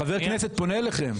חבר כנסת פונה אליכם.